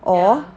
or